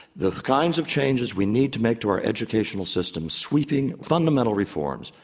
the kinds of changes we need to make to our educational system, sweeping, fundamental reforms,